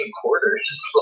quarters